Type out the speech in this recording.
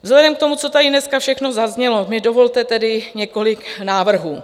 Vzhledem k tomu, co tady dneska všechno zaznělo, mi dovolte tedy několik návrhů.